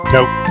Nope